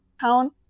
town